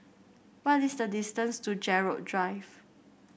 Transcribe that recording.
what is the distance to Gerald Drive